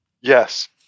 Yes